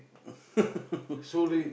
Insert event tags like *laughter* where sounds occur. *laughs*